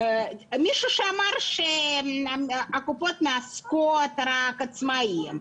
מישהו אמר שהקופות מעסיקות רק עצמאים.